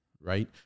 right